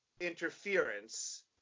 interference